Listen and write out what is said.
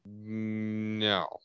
No